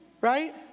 right